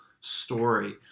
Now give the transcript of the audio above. story